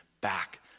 back